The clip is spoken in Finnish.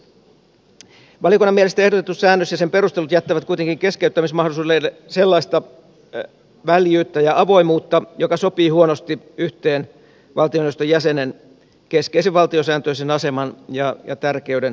valiokunnan mielestä ehdotettu säännös ja sen perustelut jättävät kuitenkin keskeyttämismahdollisuudelle sellaista väljyyttä ja avoimuutta jotka sopivat huonosti yhteen valtioneuvoston jäsenen keskeisen valtiosääntöisen aseman ja tärkeyden kanssa